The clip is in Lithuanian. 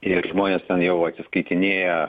ir žmonės ten jau atsiskaitinėja